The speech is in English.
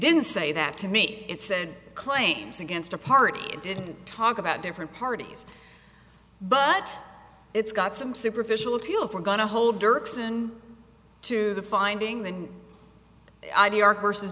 didn't say that to me it said claims against a party and did talk about different parties but it's got some superficial appeal from going to whole dirksen to the finding than i do york versus